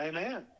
Amen